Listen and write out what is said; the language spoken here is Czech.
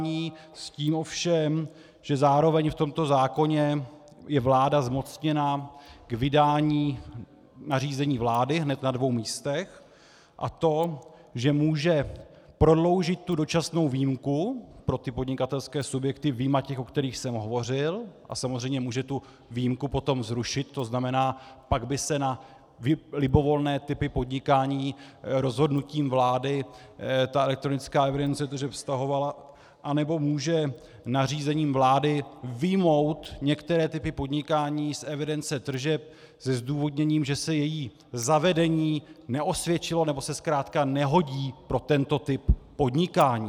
Ovšem s tím, že zároveň v tomto zákoně je vláda zmocněna k vydání nařízení vlády hned na dvou místech, a to že může prodloužit dočasnou výjimku pro podnikatelské subjekty vyjma těch, o kterých jsem hovořil, a samozřejmě může výjimku potom zrušit, to znamená, pak by se na libovolné typy podnikání rozhodnutím vlády elektronická evidence tržeb vztahovala, anebo může nařízením vlády vyjmout některé typy podnikání z evidence tržeb se zdůvodněním, že se její zavedení neosvědčilo nebo se zkrátka nehodí pro tento typ podnikání.